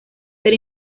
ser